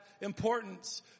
importance